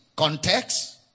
Context